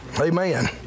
amen